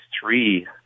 three